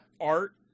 art